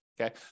Okay